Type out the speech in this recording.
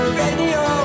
radio